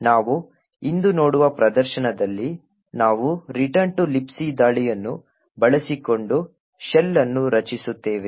ನಾವು ಇಂದು ನೋಡುವ ಪ್ರದರ್ಶನದಲ್ಲಿ ನಾವು ರಿಟರ್ನ್ ಟು ಲಿಬಿಸಿ ದಾಳಿಯನ್ನು ಬಳಸಿಕೊಂಡು ಶೆಲ್ ಅನ್ನು ರಚಿಸುತ್ತೇವೆ